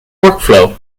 workflow